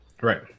Right